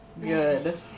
good